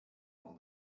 all